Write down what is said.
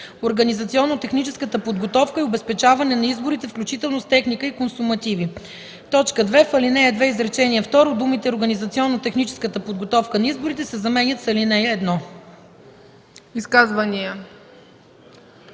„Организационно-техническата подготовка и обезпечаване на изборите, включително с техника и консумативи”. 2. В чл. 2, изречение второ думите „организационно-техническата подготовка на изборите” се заменят с „ал. 1”.”